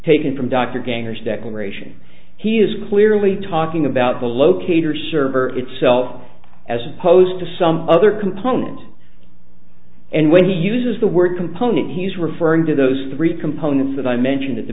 taken from dr gangers declaration he is clearly talking about the locator server itself as opposed to some other component and when he uses the word component he's referring to those three components that i mentioned at the